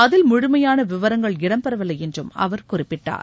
அதில் முழுமையான விவரங்கள் இடம்பெறவில்லை என்று அவர் குறிப்பிட்டார்